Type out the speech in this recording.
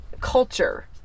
culture